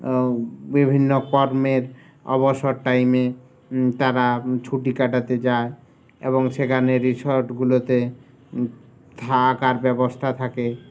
বিভিন্ন কর্মের অবসর টাইমে তারা ছুটি কাটাতে যায় এবং সেখানে রিসর্টগুলোতে থাকার ব্যবস্থা থাকে